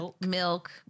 milk